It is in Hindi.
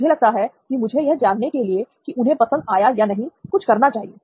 मुझे लगता है की मुझे यह जानने के लिए कि उन्हें पसंद आया या नहीं कुछ करना चाहिए